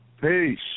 Peace